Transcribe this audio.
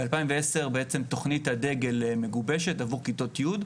ב-2010 תוכנית הדגל מגובשת עבור כיתות י',